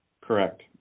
Correct